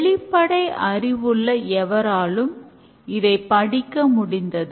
வெளிப்படை அறிவுள்ள எவராலும் இதை படிக்க முடிந்தது